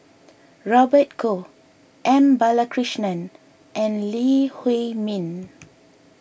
Robert Goh M Balakrishnan and Lee Huei Min